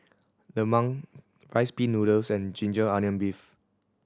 lemang Rice Pin Noodles and ginger onion beef